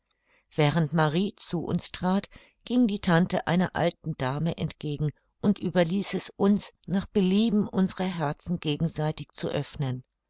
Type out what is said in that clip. während marie zu uns trat ging die tante einer alten dame entgegen und überließ es uns nach belieben unsere herzen gegenseitig zu öffnen